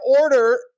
order